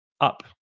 up